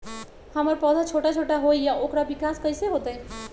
हमर पौधा छोटा छोटा होईया ओकर विकास कईसे होतई?